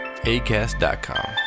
ACAST.COM